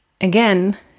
again